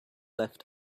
left